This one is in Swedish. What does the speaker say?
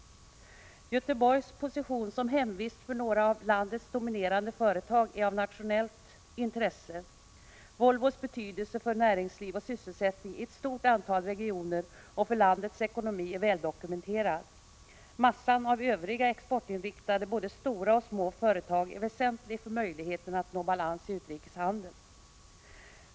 Göteborgs position som hemvist för några av landets dominerande företag är av nationellt intresse. Volvos betydelse för näringsliv och sysselsättning i ett stort antal regioner och för landets ekonomi är väl dokumenterad. Massan av Övriga exportinriktade både stora och små företag är väsentlig för möjligheterna att nå balans i utrikeshandeln.